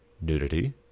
nudity